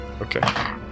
Okay